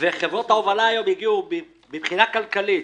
וחברות ההובלה היום הבינו מבחינה כלכלית